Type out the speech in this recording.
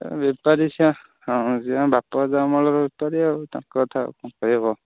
ବେପାରି ସିଏ ହଁ ସିଏ ଆମ ବାପ ଅଜା ଅମଳର ବେପାରି ଆଉ ତାଙ୍କ କଥା ଆଉ କ'ଣ କହି ହେବ